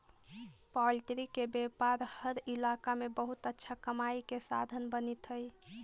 poultry के व्यापार हर इलाका में बहुत अच्छा कमाई के साधन बनित हइ